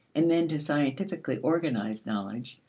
and then to scientifically organized knowledge,